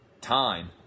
time